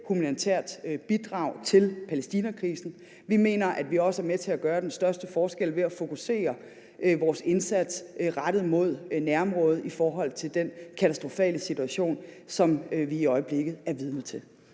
humanitært bidrag til Palæstinakrisen. Vi mener, at vi også er med til at gøre den største forskel ved at fokusere vores indsats rettet mod nærområdet i forhold til den katastrofale situation, som vi i øjeblikket er vidne til.